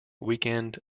weekend